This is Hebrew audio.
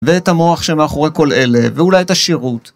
ואת המוח שמאחורי כל אלה, ואולי את השירות.